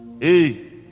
Hey